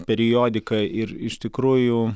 periodika ir iš tikrųjų